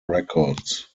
records